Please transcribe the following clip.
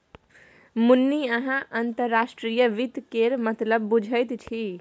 मुन्नी अहाँ अंतर्राष्ट्रीय वित्त केर मतलब बुझैत छी